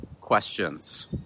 questions